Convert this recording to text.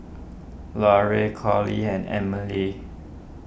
Larae Curley and Emile